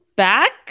back